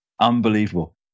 unbelievable